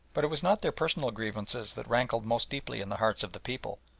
but it was not their personal grievances that rankled most deeply in the hearts of the people,